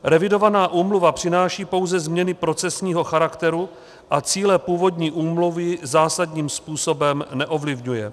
Revidovaná úmluva přináší pouze změny procesního charakteru a cíle původní úmluvy zásadním způsobem neovlivňuje.